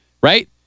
right